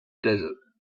desert